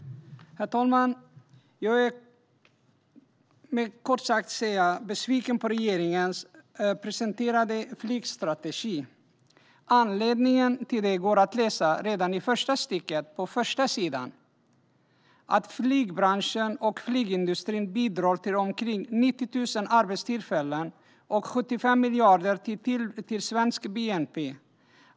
Herr talman! Jag är kort sagt besviken på regeringens presenterade flygstrategi. Anledningen till det går att läsa i första stycket på första sidan: Flygbranschen och flygindustrin bidrar med omkring 90 000 arbetstillfällen och 75 miljarder till svensk bnp.